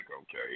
okay